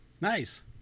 Nice